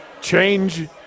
change